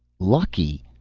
lucky!